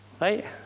Right